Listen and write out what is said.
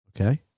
Okay